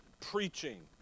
preaching